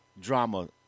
drama